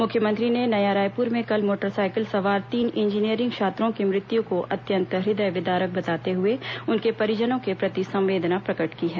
मुख्यमंत्री ने नया रायपुर में कल मोटरसाइकिल सवार तीन इंजीनियरिंग छात्रों की मृत्यु को अत्यंत हृदय विदारक बताते हुए उनके परिजनों के प्रति संवेदना प्रकट की है